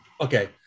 Okay